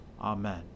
Amen